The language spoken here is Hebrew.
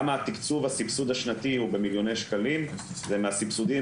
גם התקצוב הסבסוד השנתי הוא במיליוני שקלים זה מהסבסודים